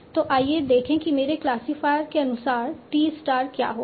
तो आइए देखें कि मेरे क्लासिफायर के अनुसार t स्टार क्या होगा